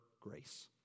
grace